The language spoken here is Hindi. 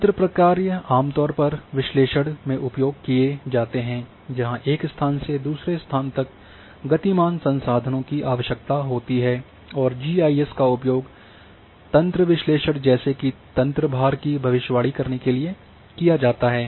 तंत्र प्रक्रिया आमतौर पर विश्लेषण में उपयोग किए जाते हैं जहाँ एक स्थान से दूसरे स्थान तक गतिमान संसाधनों की आवश्यकता होती है और जी आई एस का उपयोग तंत्र विश्लेषण जैसे कि तंत्र भार की भविष्यवाणी करने के लिए किया जाता है